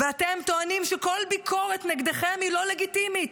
ואתם טוענים שכל ביקורת נגדכם היא לא לגיטימית.